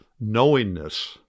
knowingness